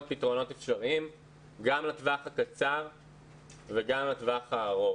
פתרונות אפשריים גם לטווח הקצר וגם לטווח הארוך.